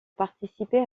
participer